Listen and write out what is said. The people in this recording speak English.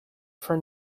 for